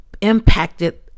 impacted